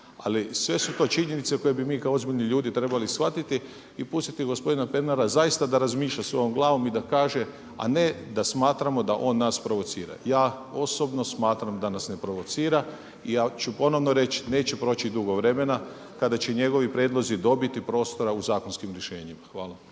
Ali sve su to činjenice koje bi mi kao ozbiljni ljudi trebali shvatiti i pustiti gospodina Pernara zaista da razmišlja svojom glavom i da kaže a ne da smatramo da on nas provocira. Ja osobno smatram da nas ne provocira i ja ću ponovno reći neće proći dugo vremena kada će njegovi prijedlozi dobiti prostora u zakonskim rješenjima. Hvala.